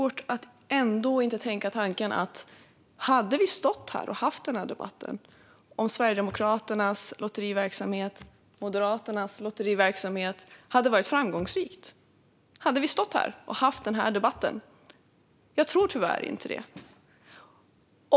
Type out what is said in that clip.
Fru talman! Jag har ändå lite svårt att inte tänka tanken: Hade vi stått här och haft den här debatten om Sverigedemokraternas lotteriverksamhet och Moderaternas lotteriverksamhet hade varit framgångsrika? Jag tror tyvärr inte det.